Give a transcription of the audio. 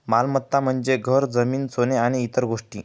मालमत्ता म्हणजे घर, जमीन, सोने आणि इतर गोष्टी